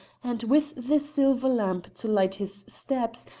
and with the silver lamp to light his steps,